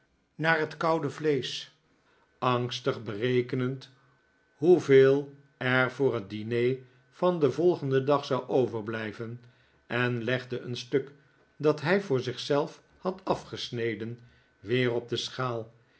naar het koude vleesch angstig berekenend hoeveel er voor het diner van den volgenden dag zou overblijven en legde een stuk dat hij voor zich zelf had afgesneden weer op de schaal